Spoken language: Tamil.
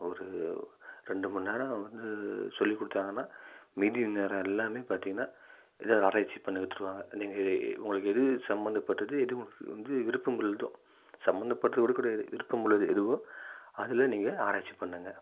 ஒரு ரெண்டு மணி நேரம் வந்து சொல்லிக்கொடுத்தாங்கன்னா மீதி நேரம் எல்லாமே பார்த்தீங்னா எதோ ஒரு ஆராய்ச்சி பண்ண விட்டுருவாங்க நீங்கள் உங்களுக்கு எது சம்மந்தபட்டது எது வந்து விருப்பமுள்ளதோ சம்மந்தப்பட்டது கூட கிடையாது விருப்பமுள்ளது எதுவோ அதில் நீங்கள் ஆராய்ச்சி பண்ணுங்க